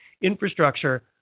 infrastructure